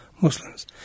Muslims